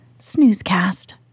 snoozecast